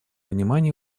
внимание